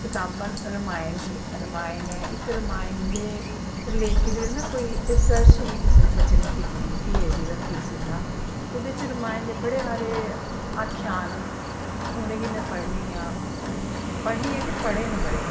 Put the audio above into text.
कताबां इक रामायण दे रिलेटिड रिसर्च ही कुसै बच्चे गै कीते दा पी ऐच डी दा थिसिस हा ओह्दे च रामायण दे बड़े सारे आख्यान न उनेंगी में पढ़नें आं पढ़नी केह् पढ़े न में बड़े सारे